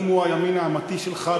אם הוא הימין האמיתי שלך,